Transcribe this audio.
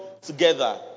together